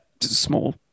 small